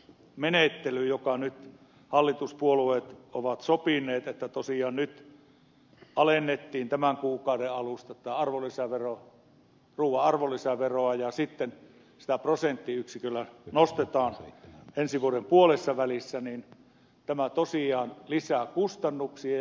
mielestäni tämä menettely jonka nyt hallituspuolueet ovat sopineet että tosiaan nyt alennettiin tämän kuukauden alusta ruuan arvonlisäveroa ja sitten sitä prosenttiyksiköllä nostetaan ensi vuoden puolessa välissä tosiaan lisää kustannuksia